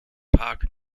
park